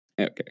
Okay